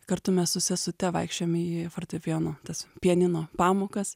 kartu mes su sesute vaikščiojom į fortepijono tas pianino pamokas